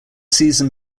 season